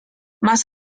más